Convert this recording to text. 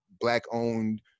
Black-owned